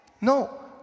No